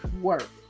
Work